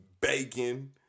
bacon